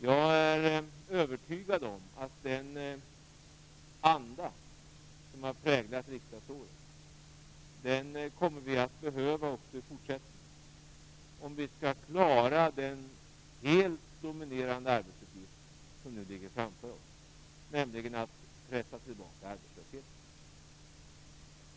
Jag är övertygad om att vi också i fortsättningen kommer att behöva den anda som har präglat riksdagsåret, om vi skall klara den helt dominerande arbetsuppgift som nu ligger framför oss, nämligen att pressa tillbaka arbetslösheten.